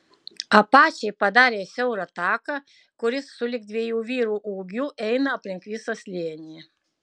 apačiai padarė siaurą taką kuris sulig dviejų vyrų ūgiu eina aplink visą slėnį